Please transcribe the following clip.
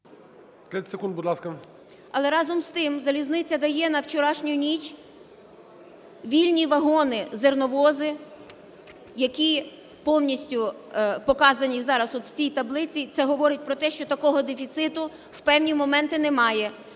Але разом з тим, залізниця дає на вчорашню ніч вільні вагони, зерновози, які повністю показані зараз от в цій таблиці. Це говорить про те, що такого дефіциту в певні моменти немає.